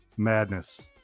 madness